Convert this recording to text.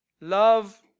Love